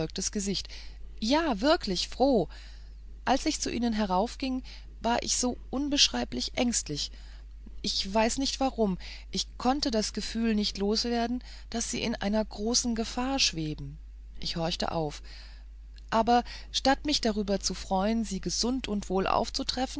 gesicht ja wirklich froh als ich zu ihnen heraufging war ich so unbeschreiblich ängstlich ich weiß nicht warum ich konnte das gefühl nicht loswerden daß sie in einer großen gefahr schweben ich horchte auf aber statt mich darüber zu freuen sie gesund und wohlauf